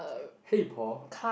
hey Paul